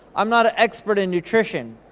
i'm not an expert in nutrition.